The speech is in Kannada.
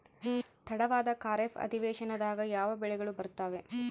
ತಡವಾದ ಖಾರೇಫ್ ಅಧಿವೇಶನದಾಗ ಯಾವ ಬೆಳೆಗಳು ಬರ್ತಾವೆ?